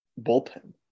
bullpen